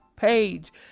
page